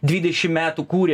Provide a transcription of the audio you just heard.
dvidešim metų kūrė